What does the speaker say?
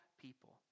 people